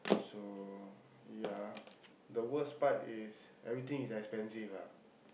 so ya the worst part is everything is expensive ah